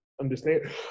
Understand